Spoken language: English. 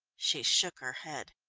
she shook her head.